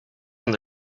from